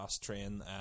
train